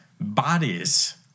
bodies